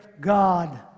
God